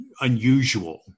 unusual